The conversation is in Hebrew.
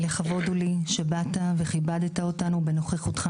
לכבוד הוא לא שבאת וכיבדת אותנו בנוכחותך.